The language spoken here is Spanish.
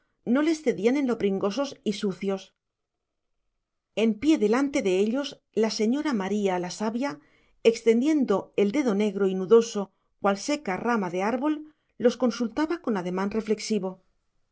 no les cedían en lo pringosos y sucios en pie delante de ellos la señora maría la sabia extendiendo el dedo negro y nudoso cual seca rama de árbol los consultaba con ademán reflexivo